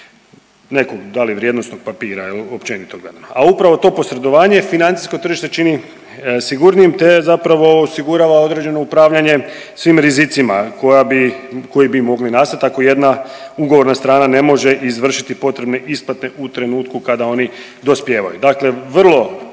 da li vrijednosnog papira il općenito gledano, a upravo to posredovanje financijsko tržište čini sigurnijim, te zapravo osigurava određeno upravljanje svim rizicima koja bi, koji bi mogli nastat ako jedna ugovorna strana ne može izvršiti potrebne isplate u trenutku kada oni dospijevaju, dakle vrlo